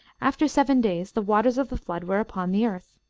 after seven days the waters of the flood were upon the earth.